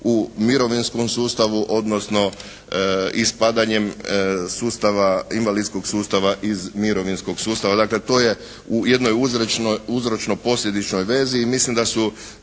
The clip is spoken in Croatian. u mirovinskom sustavu odnosno ispadanjem sustava, invalidskog sustava iz mirovinskog sustava. Dakle to je u jednoj uzročnoj, uzročno-posljedičnoj vezi i mislim da su